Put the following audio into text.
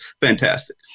fantastic